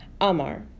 Amar